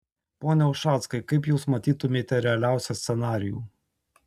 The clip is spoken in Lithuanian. pone ušackai kaip jūs matytumėte realiausią scenarijų